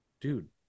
dude